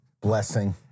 Blessing